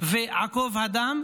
והעקוב מדם,